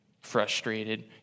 frustrated